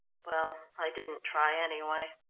well, i didn't try, anyway.